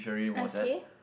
okay